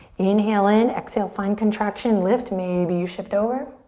inhale in, exhale, find contraction, lift, maybe you shift over.